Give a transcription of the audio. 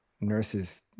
nurses